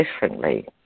differently